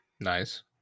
nice